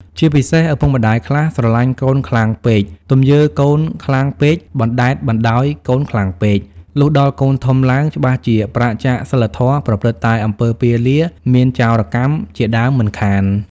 ជាពិសេស ឪពុកម្ដាយខ្លះស្រលាញ់កូនខ្លាំងពេកទំយើកូនខ្លាំងពេក បណ្ដែតបណ្ដោយកូនខ្លាំងពេក លុះដល់កូនធំឡើង ច្បាស់ជាប្រាសចាកសីលធម៌ ប្រព្រឹត្តតែអំពើពាលា មានចោរកម្ម ជាដើមមិនខាន ។